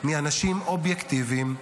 מאנשים אובייקטיביים.